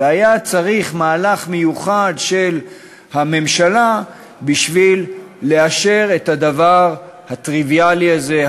והיה צריך מהלך מיוחד של הממשלה בשביל לאשר את הדבר הטריוויאלי הזה,